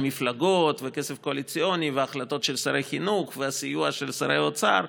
המפלגות וכסף קואליציוני והחלטות של שרי חינוך והסיוע של שרי האוצר,